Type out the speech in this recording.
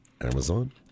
Amazon